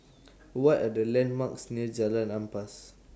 What Are The landmarks near Jalan Ampas